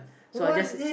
so I just